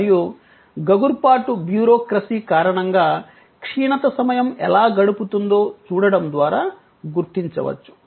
మరియు గగుర్పాటు బ్యూరోక్రసీ కారణంగా క్షీణత సమయం ఎలా గడుపుతుందో చూడటం ద్వారా గుర్తించవచ్చు